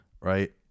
right